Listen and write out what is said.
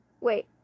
Wait